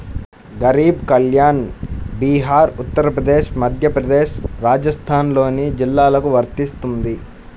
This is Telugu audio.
గరీబ్ కళ్యాణ్ బీహార్, ఉత్తరప్రదేశ్, మధ్యప్రదేశ్, రాజస్థాన్లోని జిల్లాలకు వర్తిస్తుంది